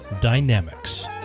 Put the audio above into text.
dynamics